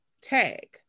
tag